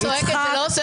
אתם לא תשבו